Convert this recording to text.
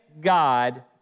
God